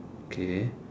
okay